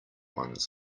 ones